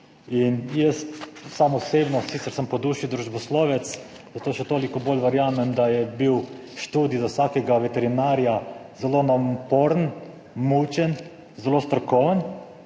Jaz sam osebno, sicer sem po duši družboslovec, zato še toliko bolj verjamem, da je bil študij za vsakega veterinarja zelo naporen, mučen, zelo strokoven